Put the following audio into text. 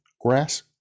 grass